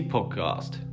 Podcast